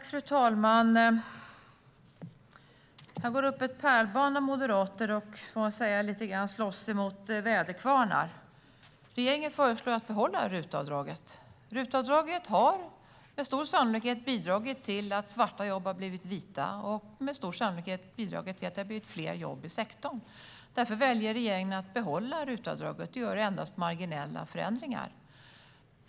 Fru talman! Här går det upp ett pärlband av moderater som, får man säga, lite grann slåss mot väderkvarnar. Regeringen föreslår att RUT-avdraget ska behållas. RUT-avdraget har med stor sannolikhet bidragit till att svarta jobb har blivit vita och till att det har blivit fler jobb i sektorn. Därför väljer regeringen att behålla RUT-avdraget och gör endast marginella förändringar.